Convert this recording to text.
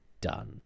done